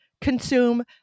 consume